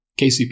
KCP